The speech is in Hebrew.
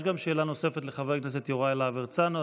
יש גם שאלה נוספת לחבר הכנסת יוראי להב הרצנו.